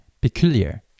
peculiar